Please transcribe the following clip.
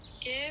Give